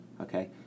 Okay